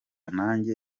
nanjye